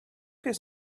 his